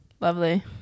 lovely